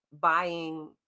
buying